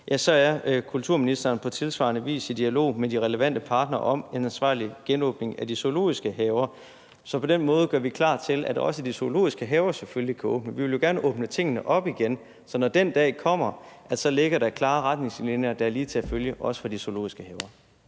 er kulturministeren på tilsvarende vis i dialog med de relevante parter om en ansvarlig genåbning af de zoologiske haver. Så på den måde gør vi klar til, at også de zoologiske haver selvfølgelig kan åbne. Vi vil jo gerne åbne tingene op igen, så når den dag kommer, ligger der klare retningslinjer, der er lige til at følge, også for de zoologiske haver.